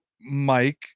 Mike